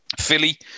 Philly